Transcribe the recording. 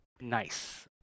nice